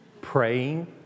praying